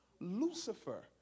Lucifer